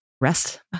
Rest